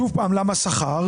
שוב, למה שכר?